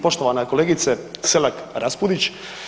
Poštovana kolegice SElak Raspudić.